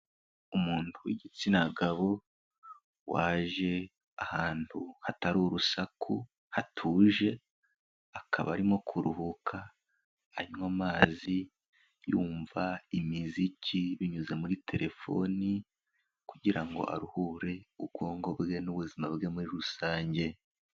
Umuntu w'igitsina gabo waje ahantu hatari urusaku hatuje akaba arimo kuruhuka anywa amazi, yumva imiziki binyuze muri telefoni kugira ngo aruhure ubwonko bwe n'ubuzima bwe muri rusange.